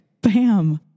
Bam